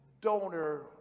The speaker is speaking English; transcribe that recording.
donor